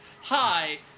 Hi